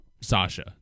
Sasha